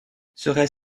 serait